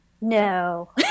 No